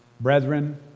brethren